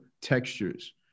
textures